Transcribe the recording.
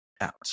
out